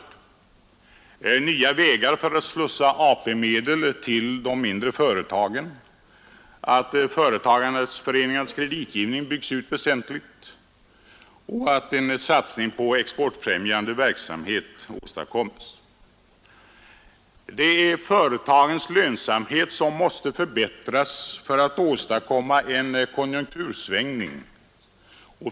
Det krävs nya vägar för att slussa AP-medel till de mindre företagen, och företagarföreningarnas kreditgivning bör byggas ut väsentligt. Vidare bör en satsning på exportfrämjande verksamhet ske. Det är företagens lönsamhet som måste förbättras för att vi skall kunna åstadkomma en konjunktursvängning.